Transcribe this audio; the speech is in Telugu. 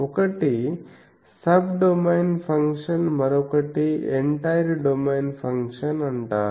ఒకటి సబ్డొమైన్ బేసిస్ ఫంక్షన్ మరొకటి ఎంటైర్ డొమైన్ ఫంక్షన్ అంటారు